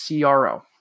CRO